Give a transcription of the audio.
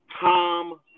Tom